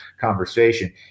conversation